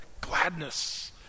Gladness